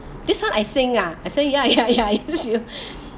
this one I sing ah I say ya ya ya it is you